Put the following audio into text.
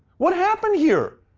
what happened here?